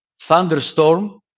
thunderstorm